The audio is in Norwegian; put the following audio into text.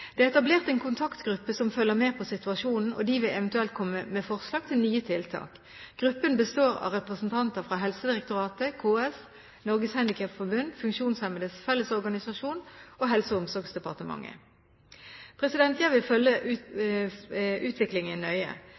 Det er etablert en kontaktgruppe som følger med på situasjonen, og den vil eventuelt komme med forslag til nye tiltak. Gruppen består av representanter fra Helsedirektoratet, KS, Norges Handikapforbund, Funksjonshemmedes Fellesorganisasjon og Helse- og omsorgsdepartementet. Jeg vil følge utviklingen nøye.